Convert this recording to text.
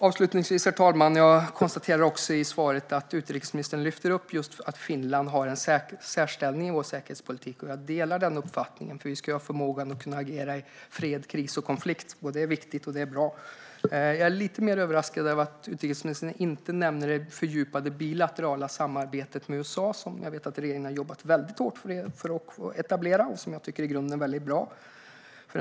Avslutningsvis, herr talman, konstaterar jag att utrikesministern i svaret lyfte upp att Finland har en särställning i vår säkerhetspolitik. Jag delar den uppfattningen. Vi ska ha förmåga att kunna agera i fred, kris och konflikt; det är viktigt och bra. Jag är lite mer överraskad över att utrikesministern inte nämner det fördjupade bilaterala samarbetet med USA, som jag vet att regeringen har jobbat väldigt hårt för att etablera och som jag tycker är väldigt bra i grunden.